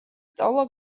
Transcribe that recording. სწავლა